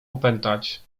opętać